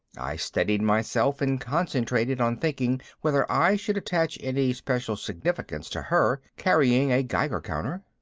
i steadied myself and concentrated on thinking whether i should attach any special significance to her carrying a geiger counter.